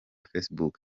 facebook